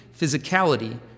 physicality